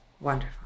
Wonderful